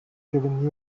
given